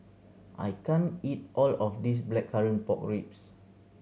I can't eat all of this Blackcurrant Pork Ribs